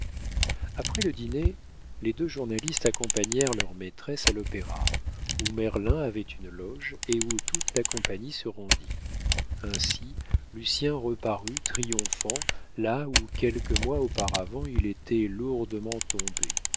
après le dîner les deux journalistes accompagnèrent leurs maîtresses à l'opéra où merlin avait une loge et où toute la compagnie se rendit ainsi lucien reparut triomphant là où quelques mois auparavant il était lourdement